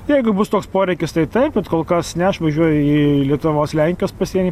jeigu bus toks poreikis tai taip bet kol kas ne aš važiuoju į lietuvos lenkijos pasienį